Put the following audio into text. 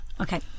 Okay